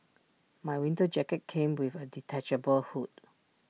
my winter jacket came with A detachable hood